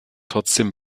trotzdem